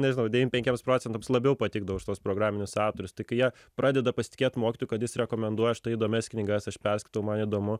nežinau devynin penkiems procentams labiau patikdavo už tuos programinius autorius tai kai jie pradeda pasitikėt mokytoju kad jis rekomenduoja štai įdomias knygas aš perskaitau man įdomu